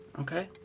Okay